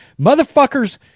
Motherfuckers